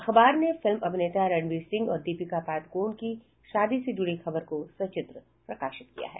अखबार ने फिल्म अभिनेता रणवीर सिंह और दीपिका पादुकोण की शादी से जुड़ी खबर को सचित्र प्रकाशित किया है